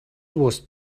was